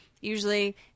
Usually